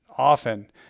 often